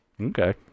okay